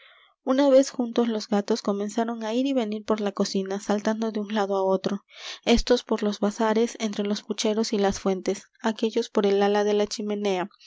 una vez juntos los gatos comenzaron á ir y venir por la cocina saltando de un lado á otro éstos por los vasares entre los pucheros y las fuentes aquéllos por el ala de la chimenea